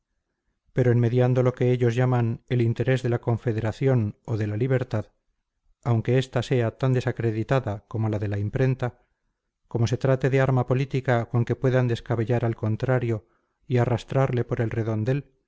pero en mediando lo que ellos llaman el interés de la confederación o de la libertad aunque esta sea tan desacreditada como la de la imprenta como se trate de arma política con que puedan descabellar al contrario y arrastrarle por el redondel